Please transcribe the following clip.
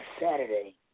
Saturday